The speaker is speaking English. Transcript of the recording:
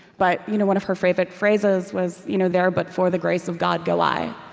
but you know one of her favorite phrases was you know there but for the grace of god, go i.